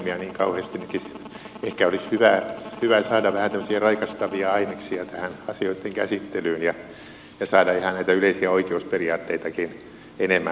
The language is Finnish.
ehkä olisi hyvä saada vähän tämmöisiä raikastavia aineksia tähän asioitten käsittelyyn ja saada ihan näitä yleisiä oikeusperiaatteitakin enemmän huomioon